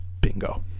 Bingo